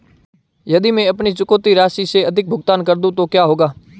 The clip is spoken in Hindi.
यदि मैं अपनी चुकौती राशि से अधिक भुगतान कर दूं तो क्या होगा?